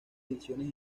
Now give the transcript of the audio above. ediciones